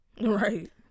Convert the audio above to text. Right